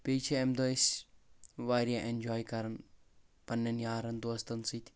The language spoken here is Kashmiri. بییٚہِ چھِ امہِ دۄہ أسۍ واریاہ ایٚنجاے کران پننٮ۪ن یارن دوستن سۭتۍ